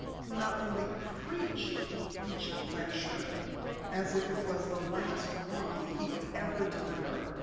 who not only preached each lecture as if it was the last one he would ever deliver,